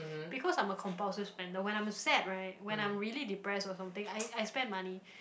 because I'm a compulsive spender when I'm sad right when I'm really depressed or something I I spend money